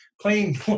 playing